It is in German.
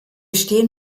stehen